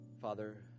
father